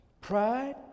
Pride